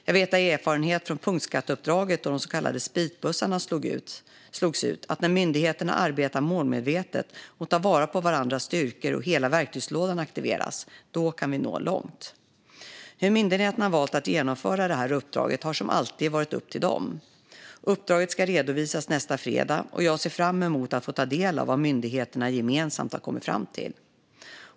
Jag vet av erfarenhet från punktskatteuppdraget, då de så kallade spritbussarna slogs ut, att vi kan nå långt när myndigheterna arbetar målmedvetet och tar vara på varandras styrkor och när hela verktygslådan aktiveras. Hur myndigheterna har valt att genomföra det här uppdraget har som alltid varit upp till dem. Uppdraget ska redovisas nästa fredag, och jag ser fram emot att få ta del av vad myndigheterna gemensamt har kommit fram till.